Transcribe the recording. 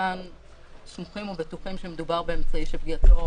כמובן סמוכים ובטוחים שמדובר באמצעי שפגיעתו